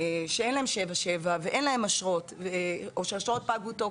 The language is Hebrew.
שאין להם 77 ואין להם אשרות או שהאשרות פגות תוקף,